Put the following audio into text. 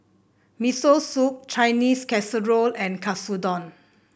Miso Soup Chinese Casserole and Katsudon